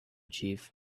chief